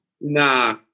Nah